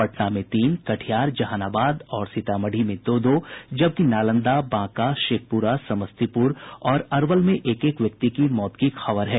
पटना में तीन कटिहार जहानाबाद और सीतामढ़ी में दो दो जबकि नालंदा बांका शेखपुरा समस्तीपुर और अरवल में एक एक व्यक्ति की मौत की खबर है